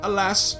Alas